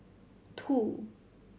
two